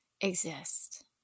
exist